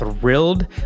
thrilled